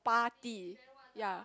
party ya